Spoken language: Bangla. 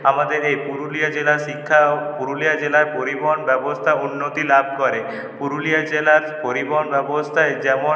আমাদের এই পুরুলিয়া জেলার শিক্ষা ও পুরুলিয়া জেলায় পরিবহন ব্যবস্থা উন্নতি লাভ করে পুরুলিয়া জেলার পরিবহন ব্যবস্থায় যেমন